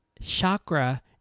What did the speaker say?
chakra